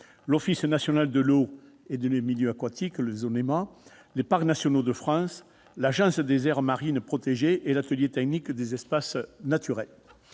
l'Office national de l'eau et des milieux aquatiques, l'Onema, Parcs nationaux de France, l'Agence des aires marines protégées et l'Atelier technique des espaces naturels,